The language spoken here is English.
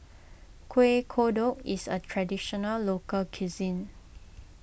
Kueh Kodok is a Traditional Local Cuisine